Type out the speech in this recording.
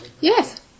Yes